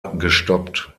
gestoppt